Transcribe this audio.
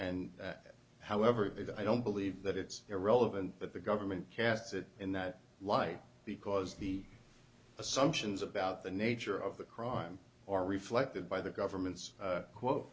and however i don't believe that it's irrelevant that the government casts it in that light because the assumptions about the nature of the crime are reflected by the government's quote